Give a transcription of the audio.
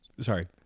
sorry